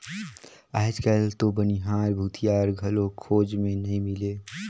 आयज कायल तो बनिहार, भूथियार घलो खोज मे नइ मिलें